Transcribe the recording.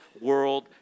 world